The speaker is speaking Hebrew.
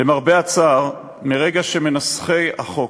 למרבה הצער, מרגע שמנסחי החוק